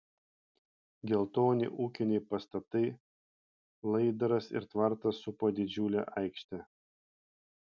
geltoni ūkiniai pastatai laidaras ir tvartas supo didžiulę aikštę